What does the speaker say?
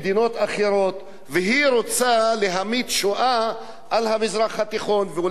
והיא רוצה להמיט שואה על המזרח התיכון ואולי לא רק על המזרח התיכון.